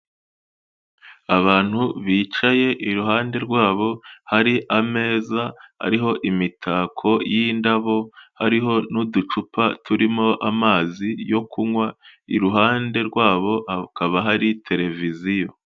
Abantu bicaye, iruhande rwabo hari ameza ariho imitako y'indabo, hariho n'uducupa turimo amazi yo kunywa, iruhande rwabo hakaba hari televiziyo.